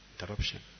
interruption